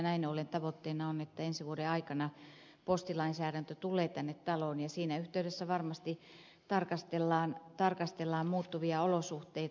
näin ollen tavoitteena on että ensi vuoden aikana postilainsäädäntö tulee tänne taloon ja siinä yhteydessä varmasti tarkastellaan muuttuvia olosuhteita